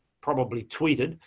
probably tweeted,